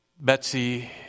Betsy